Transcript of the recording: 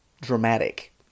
dramatic